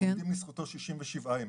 ועומדים לזכותו 67 ימים.